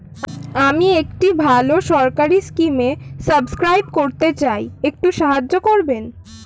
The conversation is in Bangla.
আমি একটি ভালো সরকারি স্কিমে সাব্সক্রাইব করতে চাই, একটু সাহায্য করবেন?